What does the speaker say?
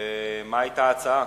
מה היתה ההצעה?